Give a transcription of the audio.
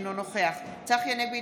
אינו נוכח צחי הנגבי,